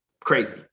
crazy